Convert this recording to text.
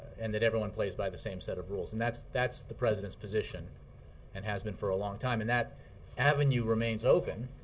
and that everyone plays by the same set of rules. and that's that's the president's position and has been for a long time. and that avenue remains open